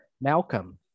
Malcolm